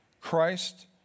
Christ